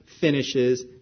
finishes